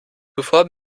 zuvor